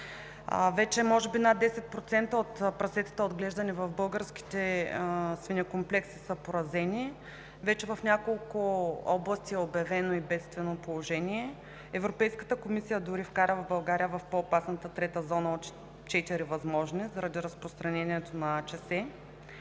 Може би над 10% от прасетата, отглеждани в българските свинекомплекси, са поразени. Вече в няколко области е обявено и бедствено положение. Европейската комисия дори вкара България в по-опасната трета зона от четири възможни заради разпространението на АЧС.